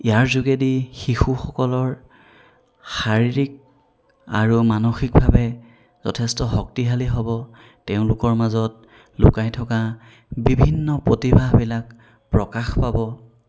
ইয়াৰ যোগেদি শিশুসকলৰ শাৰিৰীক আৰু মানসিকভাৱে যথেষ্ট শক্তিশালী হ'ব তেওঁলোকৰ মাজত লুকাই থকা বিভিন্ন প্ৰতিভাবিলাক প্ৰকাশ পাব